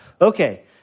Okay